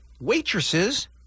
Waitresses